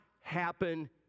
happen